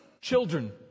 children